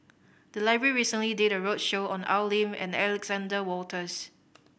the library recently did a roadshow on Al Lim and Alexander Wolters